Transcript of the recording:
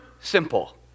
simple